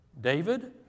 David